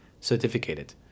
certificated